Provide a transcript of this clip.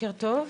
בוקר טוב.